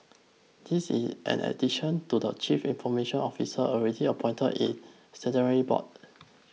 this is in addition to the chief information officers already appointed in boards